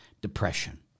depression